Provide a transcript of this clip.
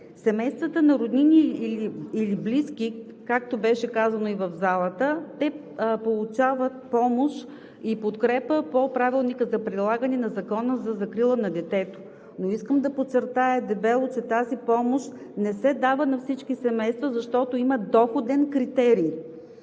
Семействата на роднини или близки, както беше казано и в залата, получават помощ и подкрепа по Правилника за прилагане на Закона за закрила на детето. Но искам да подчертая дебело, че тази помощ не се дава на всички семейства, защото има доходен критерий.